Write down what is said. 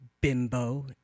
bimbo